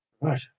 Right